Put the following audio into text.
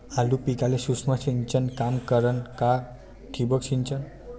आलू पिकाले सूक्ष्म सिंचन काम करन का ठिबक सिंचन?